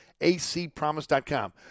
acpromise.com